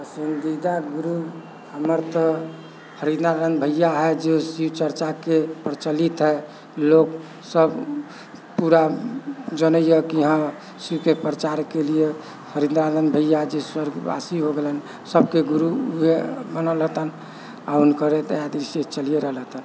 पसन्दीदा गुरु हमर तऽ फरीदानन्द भइआ हइ जो शिव चर्चाके प्रचलित हइ लोकसब पूरा जनैए कि हँ शिवके प्रचारके लिए फरीदानन्द भइआ जे स्वर्गवासी हो गेलन सबके गुरु वएह बनल हतन आओर हुनकरे दया दृष्टिसँ चलिओ रहल हतन